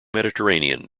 mediterranean